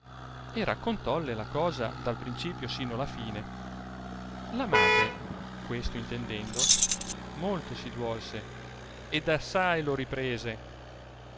paradiso e raccontolle la cosa dal principio sino al fine la madre questo intendendo molto si duolse ed assai lo riprese